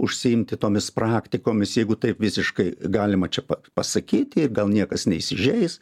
užsiimti tomis praktikomis jeigu taip visiškai galima čia pat pasakyti gal niekas neįsižeis